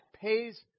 pays